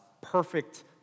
perfect